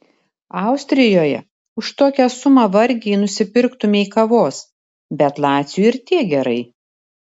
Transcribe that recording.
austrijoje už tokią sumą vargiai nusipirktumei kavos bet laciui ir tiek gerai